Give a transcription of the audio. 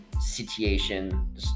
situation